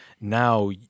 now